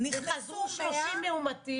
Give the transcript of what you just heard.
וחזרו 30 מאומתים.